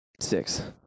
six